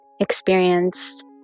experienced